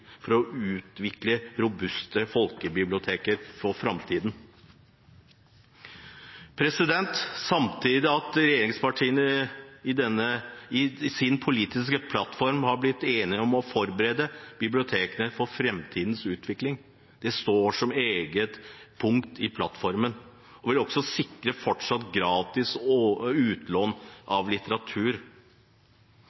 for å utvikle robuste folkebibliotek for framtiden. Samtidig har regjeringspartiene i sin politiske plattform blitt enige om å forberede bibliotekene på framtidig utvikling, som står som et eget punkt i plattformen, og sikre fortsatt gratis utlån av litteratur.